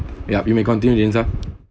yup you may continue dinsum